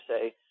say